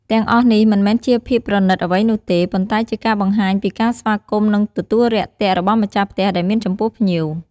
ទាំងអស់នេះមិនមែនជាភាពប្រណិតអ្វីនោះទេ ប៉ុន្តែជាការបង្ហាញពីការស្វាគមន៍និងទទួលរាក់ទាក់របស់ម្ចាស់ផ្ទះដែលមានចំពោះភ្ញៀវ។